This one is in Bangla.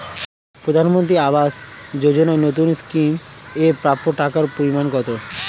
প্রধানমন্ত্রী আবাস যোজনায় নতুন স্কিম এর প্রাপ্য টাকার পরিমান কত?